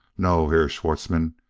no, herr schwartzmann,